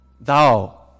thou